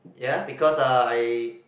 ya because uh I